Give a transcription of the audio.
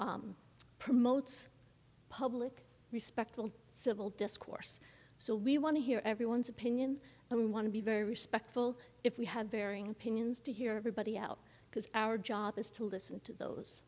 reba promotes public respectful civil discourse so we want to hear everyone's opinion and we want to be very respectful if we have varying opinions to hear everybody out because our job is to listen to those